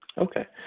Okay